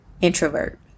introvert